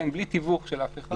בלי תיווך של אף אחד.